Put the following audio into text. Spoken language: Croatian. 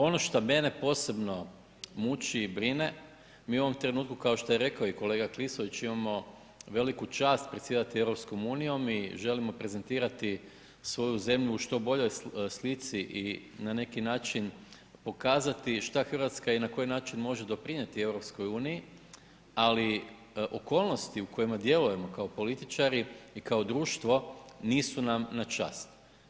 Ono šta mene posebno muči i brine, mi u ovom trenutku, kao što je rekao i kolega Klisović, imamo veliku čast predsjedati EU i želimo prezentirati svoju zemlju u što boljoj slici i na neki način pokazati šta RH i na koji način može doprinijeti EU, ali okolnosti u kojima djelujemo kao političari i kao društvo nisu nam na čast.